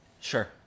Sure